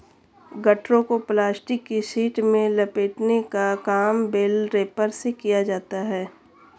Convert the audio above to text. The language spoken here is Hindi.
गट्ठरों को प्लास्टिक की शीट में लपेटने का काम बेल रैपर से किया जाता है